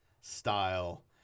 style